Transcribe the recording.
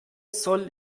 soll